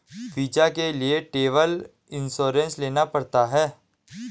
visa के लिए travel insurance लेना पड़ता है